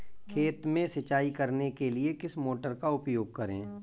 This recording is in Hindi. खेत में सिंचाई करने के लिए किस मोटर का उपयोग करें?